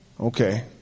Okay